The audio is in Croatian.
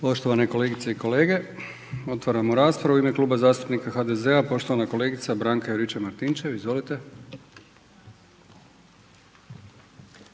Poštovane kolegice i kolege otvaram raspravu. U ime Kluba zastupnika HDZ-a poštovana kolegica Branka Juričev-Martinčev.